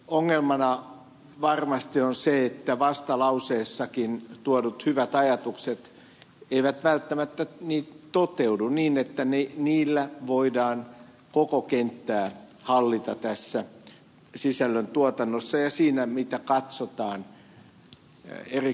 ongelmana varmasti on se että vastalauseessakin tuodut hyvät ajatukset eivät välttämättä toteudu niin että niillä voidaan koko kenttää hallita tässä sisällön tuotannossa ja siinä mitä katsotaan eri kodeissa